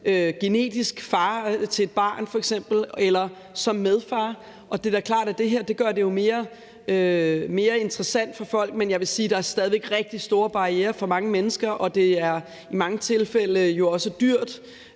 genetisk far til et barn f.eks. eller som medfar. Det er da klart, at det her gør det mere interessant for folk. Men jeg vil sige, at der er stadig rigtig store barrierer for mange mennesker, og det er i mange tilfælde jo også dyrt